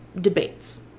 debates